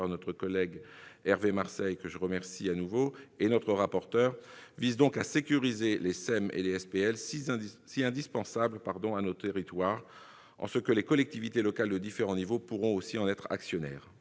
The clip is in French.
notre collègue Hervé Marseille, que je remercie de nouveau, et par notre rapporteur, vise donc à sécuriser les SEM et les SPL, si indispensables à nos territoires, en permettant aux collectivités locales de différents niveaux d'en être actionnaires.